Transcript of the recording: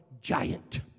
giant